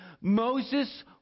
Moses